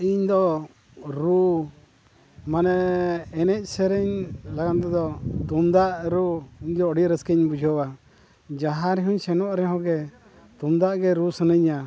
ᱤᱧᱫᱚ ᱨᱩ ᱢᱟᱱᱮ ᱮᱱᱮᱡ ᱥᱮᱨᱮᱧ ᱞᱟᱹᱜᱤᱫ ᱛᱮᱫᱚ ᱛᱩᱢᱫᱟᱜ ᱨᱩ ᱤᱧᱫᱚ ᱟᱹᱰᱤ ᱨᱟᱹᱥᱠᱟᱹᱧ ᱵᱩᱡᱷᱟᱹᱣᱟ ᱡᱟᱦᱟᱸ ᱨᱮᱦᱚᱸᱧ ᱥᱮᱱᱚᱜ ᱨᱮᱦᱚᱸ ᱜᱮ ᱛᱩᱢᱫᱟᱜ ᱜᱮ ᱨᱩ ᱥᱟᱱᱟᱧᱟ